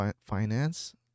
finance